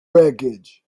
wreckage